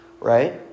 right